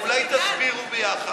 אולי תסבירו יחד?